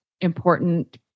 important